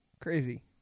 Crazy